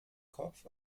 kopf